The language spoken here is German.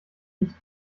nicht